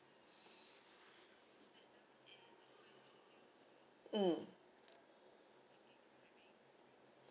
mm